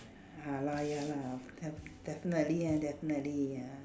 ah lah ya lah def~ definitely ah definitely ya